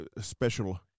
special